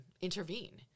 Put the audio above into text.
intervene